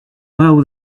well